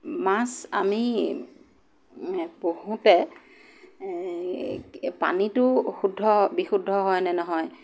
মাছ আমি পোহোঁতে এ পানীটো শুদ্ধ বিশুদ্ধ হয়নে নহয়